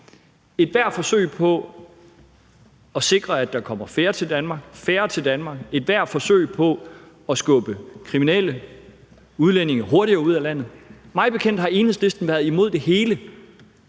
ethvert forsøg på at sikre, at der kommer færre til Danmark, og ethvert forsøg på at skubbe kriminelle udlændinge hurtigere ud af Danmark? Mig bekendt har Enhedslisten været imod det hele,